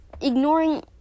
ignoring